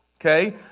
okay